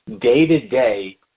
day-to-day